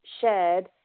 shared